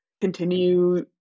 continue